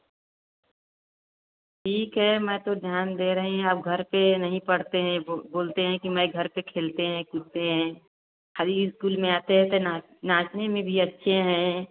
ठीक है मैं तो ध्यान दे रही अब घर पर नहीं पढ़ते हैं वह बोलते हैं कि मैं घर पर खेलते हैं कूदते हैं अभी स्कूल में आते हैं तो ना नाचने में भी अच्छे हैं